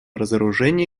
разоружения